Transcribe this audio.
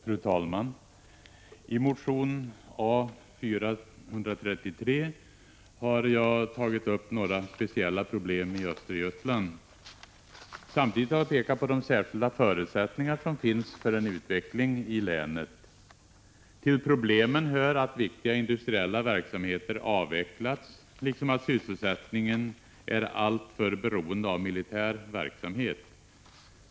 Fru talman! I motion A433 ha jag tagit upp några speciella problem i Östergötland. Samtidigt har jag pekat på de särskilda förutsättningar som finns för en utveckling i länet. Till problemen hör att viktiga industriella verksamheter avvecklats liksom att sysselsättningen är alltför beroende av militär verksamhet.